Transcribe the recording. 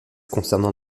concernant